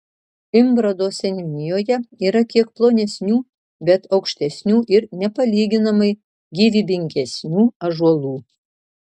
imbrado seniūnijoje yra kiek plonesnių bet aukštesnių ir nepalyginamai gyvybingesnių ąžuolų